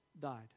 died